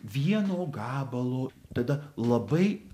vieno gabalo tada labai